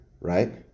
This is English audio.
right